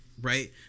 right